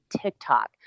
TikTok